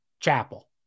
chapel